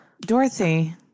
Dorothy